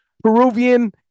Peruvian